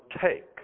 take